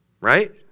Right